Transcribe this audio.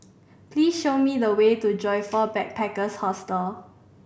please show me the way to Joyfor Backpackers' Hostel